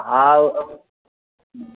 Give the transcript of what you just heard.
हा